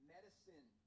Medicine